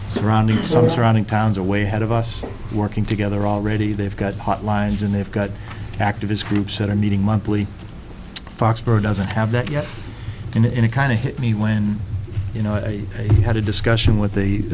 surrounding some surrounding towns away had of us working together already they've got hotlines and they've got activist groups that are meeting monthly foxborough doesn't have that yet in any kind of hit me when you know i had a discussion with the